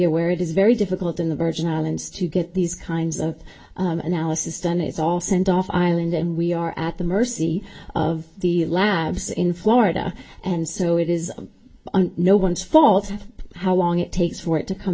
aware it is very difficult in the virgin islands to get these kinds of analysis done it's all sent off island and we are at the mercy of the labs in florida and so it is no one's fault how long it takes for it to come